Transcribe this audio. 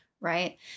right